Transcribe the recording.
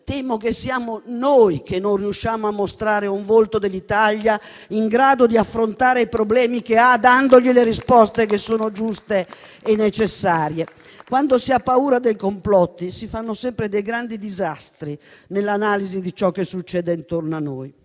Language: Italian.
temo che siamo noi a non riuscire a mostrare un volto dell'Italia in grado di affrontare i problemi che ha dando le risposte giuste e necessarie. Quando si ha paura dei complotti, si fanno sempre grandi disastri nell'analisi di ciò che succede intorno a noi.